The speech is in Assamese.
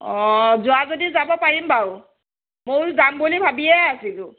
অঁ যোৱা যদি যাব পাৰিম বাৰু ময়ো যাম বুলি ভাবিয়ে আছিলোঁ